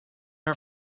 her